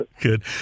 Good